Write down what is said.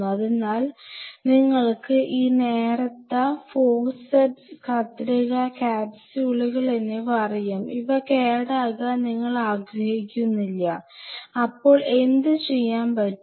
അതിനാൽ നിങ്ങൾക്ക് ഈ നേർത്ത ഫോർസെപ്സ് കത്രിക കാപ്സ്യൂളുകൾ എന്നിവ അറിയാം ഇവ കേടാകാൻ നിങ്ങൾ ആഗ്രഹിക്കുന്നില്ല അപ്പോൾ എന്ത് ചെയ്യാൻ പറ്റും